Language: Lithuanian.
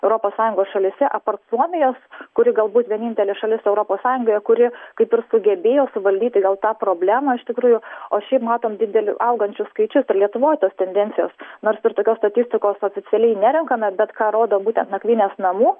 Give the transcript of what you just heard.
europos sąjungos šalyse apart suomijos kuri galbūt vienintelė šalis europos sąjungoje kuri kaip ir sugebėjo suvaldyti gal tą problema iš tikrųjų o šiaip matom didelį augančius skaičius ir lietuvoje tas tendencijas nors ir tokios statistikos oficialiai nėrenkame bet ką rodo būtent nakvynės namų